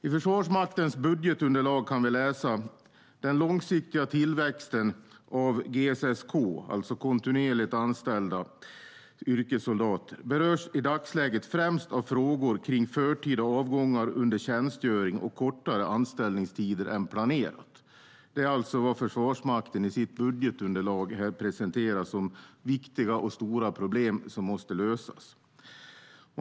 I Försvarsmaktens budgetunderlag kan vi läsa: Den långsiktiga tillväxten av GSS/K - alltså kontinuerligt anställda yrkessoldater - berörs i dagsläget främst av frågor kring förtida avgångar under tjänstgöring och kortare anställningstider än planerat. Det är alltså vad Försvarsmakten i sitt budgetunderlag här presenterar som viktiga och stora problem som måste lösas.